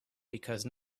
because